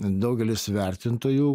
daugelis vertintojų